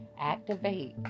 Activate